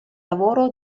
lavoro